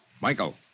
Michael